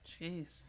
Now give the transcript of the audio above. Jeez